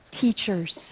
teachers